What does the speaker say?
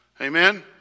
amen